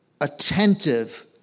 attentive